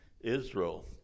Israel